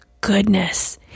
goodness